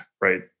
right